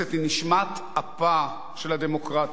היא נשמת אפה של הדמוקרטיה.